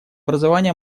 образование